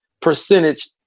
percentage